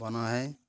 ବନାହଏଁ